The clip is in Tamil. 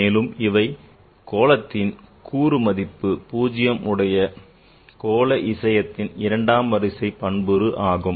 மேலும் இவை கோளத்தின் கூறு மதிப்பு 0 உடைய கோள இசையத்தின் இரண்டாம் வரிசை பண்புரு ஆகும்